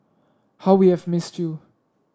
how we have missed you